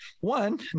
One